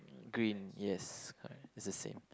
green yes correct that's the same